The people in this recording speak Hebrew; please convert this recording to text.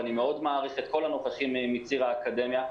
ואני מאוד מעריך את כל הנוכחים מציר האקדמיה,